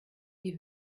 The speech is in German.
die